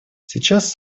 сейчас